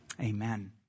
Amen